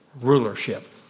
rulership